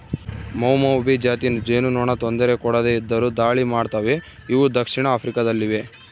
ಮೌಮೌಭಿ ಜಾತಿ ಜೇನುನೊಣ ತೊಂದರೆ ಕೊಡದೆ ಇದ್ದರು ದಾಳಿ ಮಾಡ್ತವೆ ಇವು ದಕ್ಷಿಣ ಆಫ್ರಿಕಾ ದಲ್ಲಿವೆ